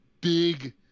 big